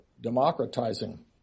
democratizing